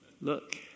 Look